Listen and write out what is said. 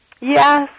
Yes